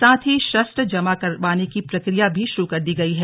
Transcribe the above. साथ ही शस्त्र जमा करवाने की प्रक्रिया भी शुरू कर दी गई है